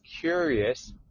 curious